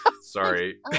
Sorry